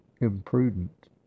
imprudent